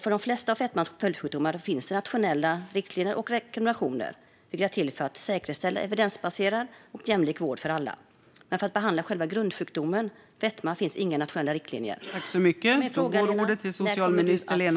För de flesta av fetmans följdsjukdomar finns det nationella riktlinjer och rekommendationer vilka är till för att säkerställa evidensbaserad och jämlik vård för alla. Men för att behandla själva grundsjukdomen fetma finns inga nationella riktlinjer. När kommer socialminister Lena Hallengren att se till att nationella riktlinjer finns?